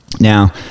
Now